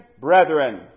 brethren